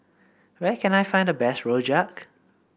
where can I find the best Rojak